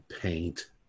paint